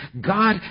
God